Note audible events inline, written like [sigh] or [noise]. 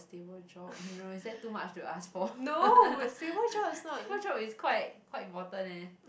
stable job I don't know is that too much to ask for [laughs] stable job is quite quite important leh